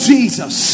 Jesus